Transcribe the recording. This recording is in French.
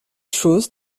chose